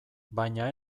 baina